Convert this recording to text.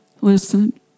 listen